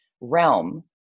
realm